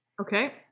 Okay